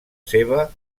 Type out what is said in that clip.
seva